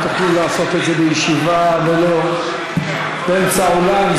אם תוכלו לעשות את זה בישיבה ולא באמצע האולם,